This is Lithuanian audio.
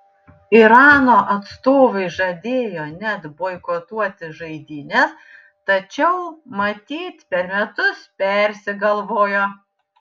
irano atstovai žadėjo net boikotuoti žaidynes tačiau matyt per metus persigalvojo